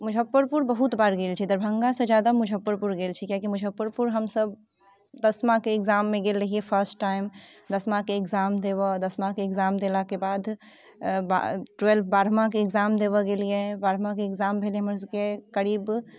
मुजफ्फरपुर बहुत बार गेल छी दरभङ्गा से जादा मुजफ्फरपुर गेल छी किएकि मुजफ्फरपुर हम सभ दशमाके एक्जाममे गेल रहियै फर्स्ट टाइम दशमाके एक्जाम देबऽ दशमाके एक्जाम देलाके बाद ट्वेल्थ बारहवाँके एक्जाम देबऽ गेलियै बारहवाँके एक्जाम भेलै हमर सभकेँ करीब